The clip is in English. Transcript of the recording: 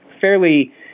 fairly